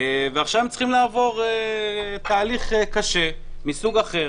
ועכשיו הם צריכים לעבור תהליך קשה, מסוג אחר